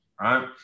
right